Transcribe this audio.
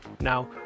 Now